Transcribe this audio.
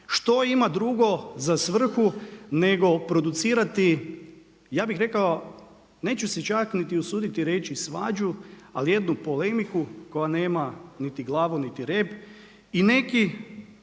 što ima drugo za svrhu nego producirati, ja bih rekao, neću se čak niti usuditi reći svađu, ali jednu polemiku koja nema niti glavu niti rep i neki